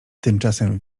tymczasem